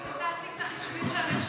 אני מנסה להשיג את החישובים של הממשלה,